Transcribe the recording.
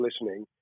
listening